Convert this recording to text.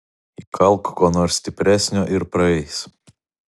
įkalk ko nors stipresnio ir praeis